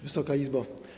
Wysoka Izbo!